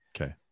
Okay